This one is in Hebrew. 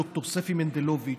ד"ר ספי מנדלוביץ',